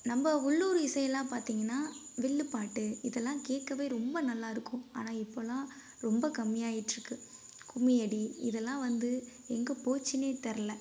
நம்ம உள்ளூர் இசையிலாம் பார்த்திங்கனா வில்லுப் பாட்டு இதெலாம் கேட்கவே ரொம்ப நல்லா இருக்கும் ஆனால் இப்போதெலாம் ரொம்ப கம்மியாயிட்டு இருக்குது கும்மியடி இதெலாம் வந்து எங்கெ போச்சுனே தெரில